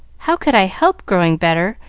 how could i help growing better,